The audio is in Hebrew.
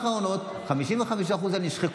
שלי.